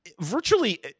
virtually